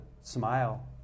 smile